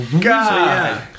God